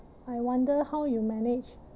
I wonder how you manage